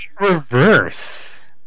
reverse